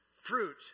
fruit